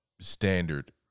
standard